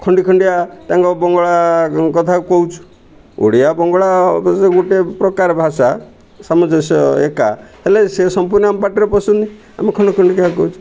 ଖଣ୍ଡି ଖଣ୍ଡିଆ ତାଙ୍କ ବଙ୍ଗଳା କଥାକୁ କହୁଛୁ ଓଡ଼ିଆ ବଙ୍ଗଳା ଅବଶ୍ୟ ଗୋଟେ ପ୍ରକାର ଭାଷା ସାମଞ୍ଜସ୍ୟ ଏକା ହେଲେ ସେ ସମ୍ପୂର୍ଣ୍ଣ ଆମ ପାଟିରେ ପସନ୍ଦ ଆମେ ଖଣ୍ଡି ଖଣ୍ଡିକା କହୁଛୁ